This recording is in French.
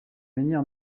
menhir